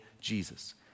Jesus